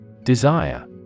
Desire